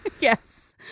Yes